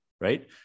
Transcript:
right